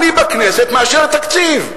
אני בכנסת, מאשר תקציב.